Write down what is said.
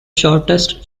shortest